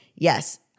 Yes